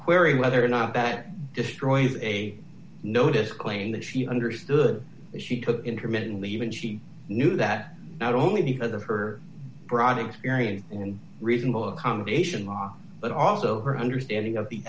query whether or not that destroys a notice claim that she understood she took intermittently even she he knew that not only because of her broad experience and reasonable accommodation law but also her understanding of the